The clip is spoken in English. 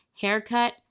Haircut